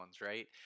right